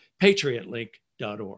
patriotlink.org